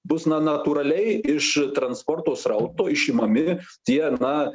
bus na natūraliai iš transporto srauto išimami tie na